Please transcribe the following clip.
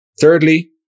Thirdly